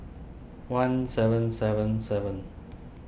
one seven seven seven